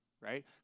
right